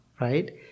right